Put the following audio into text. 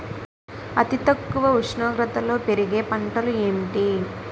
అతి తక్కువ ఉష్ణోగ్రతలో పెరిగే పంటలు ఏంటి?